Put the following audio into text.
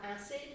acid